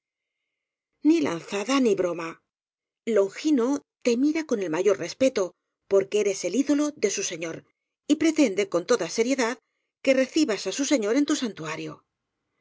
ni broma longino te mira con el mayor respeto porque eres el ídolo de su señor y pretende con toda seriedad que recibas á su señor en tu santuario